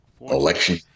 election